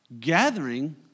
Gathering